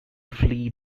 flee